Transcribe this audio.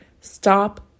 Stop